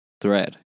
Thread